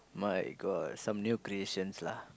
my god some new creations lah